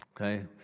Okay